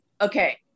okay